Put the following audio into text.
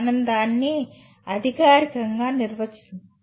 మనం దానిని అధికారికంగా నిర్వచిస్తాము